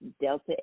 Delta